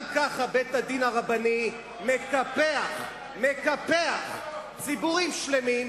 גם ככה בית-הדין הרבני מקפח ציבורים שלמים,